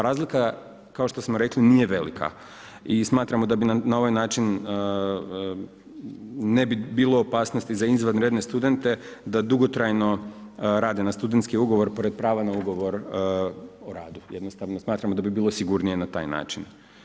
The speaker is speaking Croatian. Razlika, kao što smo rekli, nije velika i smatramo da bi na ovaj način ne bi bilo opasnosti za izvanredne studente da dugotrajno rade na studentski ugovor pored prava na ugovor o radu, jednostavno smatramo da bi bilo sigurnije na taj način.